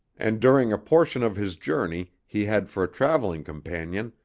and during a portion of his journey he had for a traveling companion,